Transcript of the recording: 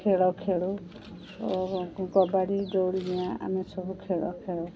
ଖେଳ ଖେଳୁ କବାଡ଼ି ଦୌଡ଼ିଡ଼ିଆଁ ଆମେ ସବୁ ଖେଳ ଖେଳୁ